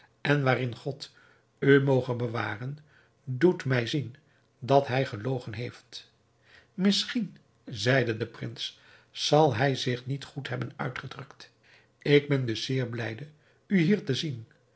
en waarin god u moge bewaren doet mij zien dat hij gelogen heeft misschien zeide de prins zal hij zich niet goed hebben uitgedrukt ik ben dus zeer blijde u hier te zien